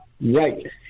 Right